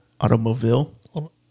Automobile